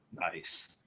Nice